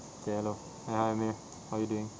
okay hello hi ah amir how are you doing